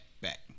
back